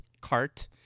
cart